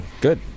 Good